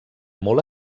molt